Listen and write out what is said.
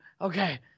okay